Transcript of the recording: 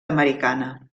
americana